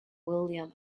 william